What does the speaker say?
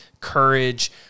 courage